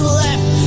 left